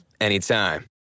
anytime